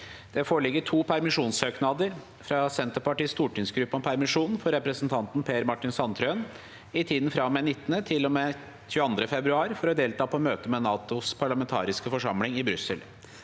Det foreligger to permisjonssøknader: – fra Senterpartiets stortingsgruppe om permisjon for representanten Per Martin Sandtrøen i tiden fra og med 19. til og med 22. februar for å delta på møter med NATOs parlamentariske forsamling i Brussel